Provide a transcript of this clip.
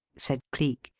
said cleek.